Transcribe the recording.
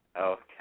Okay